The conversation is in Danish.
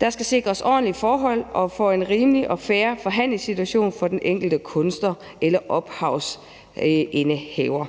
Der skal sikres ordentlige forhold for en rimelig og fair forhandlingssituation for den enkelte kunstner eller ophavsindehaver.